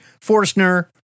Forstner